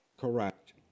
Correct